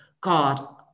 God